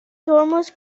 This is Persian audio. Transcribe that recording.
ترمز